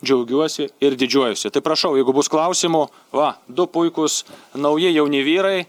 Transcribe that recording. džiaugiuosi ir didžiuojuosi tai prašau jeigu bus klausimų va du puikūs nauji jauni vyrai